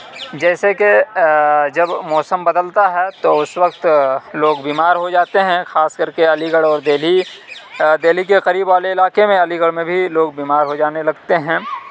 جیسے کہ جب موسم بدلتا ہے تو اس وقت لوگ بیمار ہو جاتے ہیں خاص کر کے علی گڑھ اور دہلی دہلی کے قریب والے علاقے میں علی گڑھ میں بھی لوگ بیمار ہو جانے لگتے ہیں